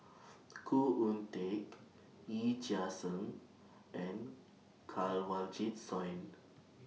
Khoo Oon Teik Yee Chia Hsing and Kanwaljit Soin